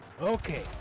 Okay